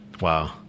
wow